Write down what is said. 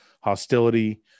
hostility